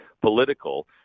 political